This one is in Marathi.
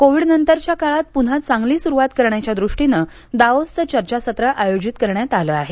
कोविडनंतरच्या काळात पुन्हा चांगली सुरुवात करण्याच्या दृष्टीनं दावोसचं चर्चासत्र आयोजित करण्यात आलं आहे